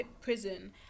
prison